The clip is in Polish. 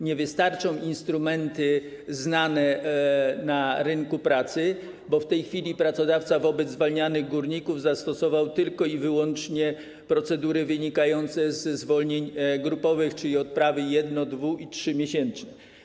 Nie wystarczą instrumenty znane na rynku pracy, bo w tej chwili pracodawca wobec zwalnianych górników zastosował tylko i wyłącznie procedury wynikające ze zwolnień grupowych, czyli odprawy jedno-, dwu- i trzymiesięczne.